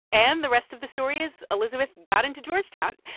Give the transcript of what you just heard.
and the rest of the story is elizabeth got into georgetown.